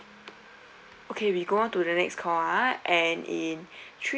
okay we got on to the next call ah and in three